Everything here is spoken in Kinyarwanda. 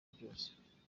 byose